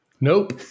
Nope